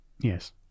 Yes